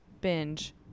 binge